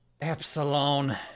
Epsilon